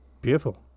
Beautiful